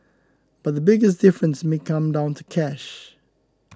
but the biggest difference may come down to cash